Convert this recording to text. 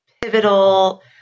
pivotal